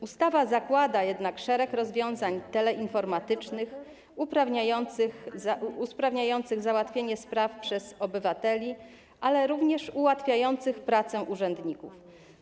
Ustawa zakłada jednak szereg rozwiązań teleinformatycznych usprawniających załatwienie spraw przez obywateli, ale również ułatwiających pracę urzędników.